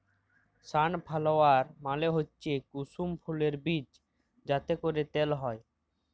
sunflower মালে হচ্যে কুসুম ফুলের বীজ যাতে ক্যরে তেল হ্যয়